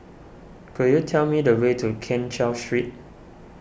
could you tell me the way to Keng Cheow Street